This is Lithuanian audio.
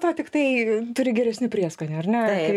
to tiktai turi geresnių prieskonių ar ne tai